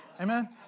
Amen